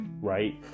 right